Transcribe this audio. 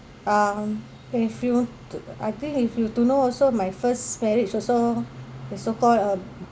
um if you I think if you do know also my first marriage also is so called a